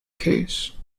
case